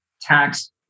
tax